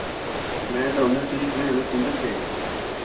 नहीं तो हमें पीस नहीं हमें कुंटल चाहिए